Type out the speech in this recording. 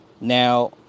Now